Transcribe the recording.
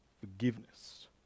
forgiveness